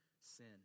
sin